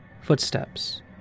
footsteps